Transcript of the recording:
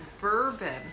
bourbon